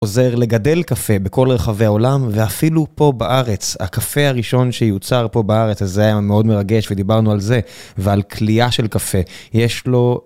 עוזר לגדל קפה בכל רחבי העולם, ואפילו פה בארץ. הקפה הראשון שיוצר פה בארץ, אז זה היה מאוד מרגש, ודיברנו על זה ועל כלייה של קפה, יש לו...